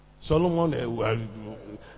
Solomon